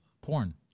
porn